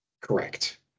Correct